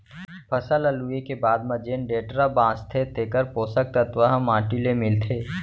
फसल ल लूए के बाद म जेन डेंटरा बांचथे तेकर पोसक तत्व ह माटी ले मिलथे